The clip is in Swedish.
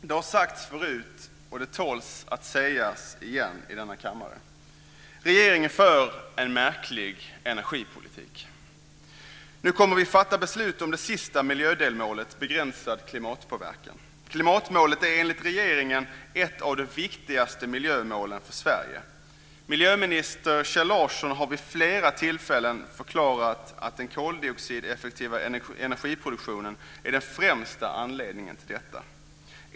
Det har sagts förut och det tål att sägas igen i denna kammare, regeringen för en märklig energipolitik. Nu kommer vi att fatta beslut om det sista miljödelmålet Begränsad klimatpåverkan. Klimatmålet är enligt regeringen ett av de viktigaste miljömålen för Sverige. Miljöminister Kjell Larsson har vid flera tillfällen förklarat att den koldioxideffektiva energiproduktionen är den främsta anledningen till detta.